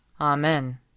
Amen